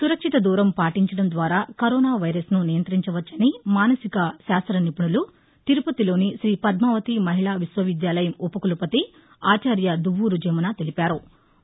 సురక్షిత దూరం పాటించడం ద్వారా కరోనా వైరస్ను నియంతించవచ్చని మానసిక శాస్త్ర నిపుణులు తిరుపతిలోని శ్రీ పద్మావతి మహిళా విశ్వవిద్యాలయం ఉపకులపతి ఆచార్య దుప్వూరు జమున తెలిపారు